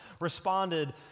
responded